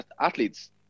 athletes